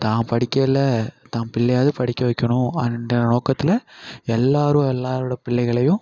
தான் படிக்கலை தான் பிள்ளையாவது படிக்க வைக்கணும் அப்படின்ற நோக்கத்தில் எல்லோரும் எல்லோரோட பிள்ளைகளையும்